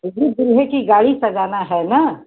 तभी दूल्हे की गाड़ी सजाना है ना